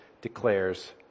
declares